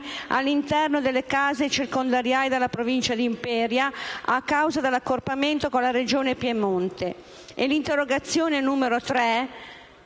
all'interno delle case circondariali della Provincia di Imperia a causa dell'accorpamento con la Regione Piemonte, e l'interrogazione